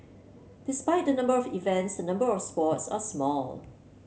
despite the number of events the number of sports are small